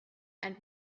and